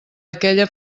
aquella